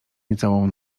niecałą